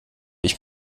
ich